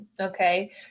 Okay